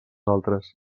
altres